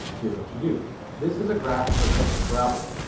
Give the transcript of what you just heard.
here's what you do this is a graph of a simple parabola,